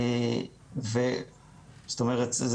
זאת אומרת,